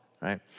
right